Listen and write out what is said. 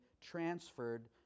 transferred